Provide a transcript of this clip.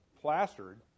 plastered